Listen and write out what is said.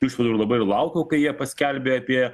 tų išvadų ir labai ir laukiau kai jie paskelbė apie